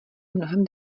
mnohem